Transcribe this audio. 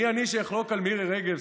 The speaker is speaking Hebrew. מי אני שאחלוק על מירי רגב,